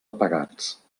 apagats